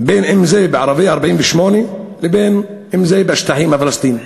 אם של ערביי 48' ואם בשטחים הפלסטיניים.